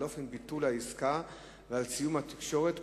על אופן ביטול העסקה ועל סיום ההתקשרות.